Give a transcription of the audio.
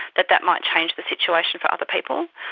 that that might change the situation for other people.